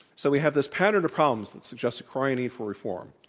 so we had this pattern of problems that suggest a crying need for reform.